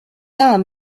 arm